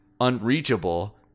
unreachable